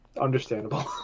Understandable